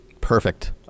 Perfect